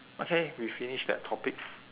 okay we finish that topic